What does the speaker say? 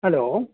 hello